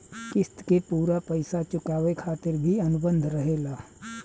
क़िस्त के पूरा पइसा चुकावे खातिर भी अनुबंध रहेला